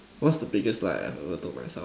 what's the biggest lie I ever told myself